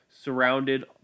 surrounded